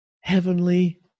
heavenly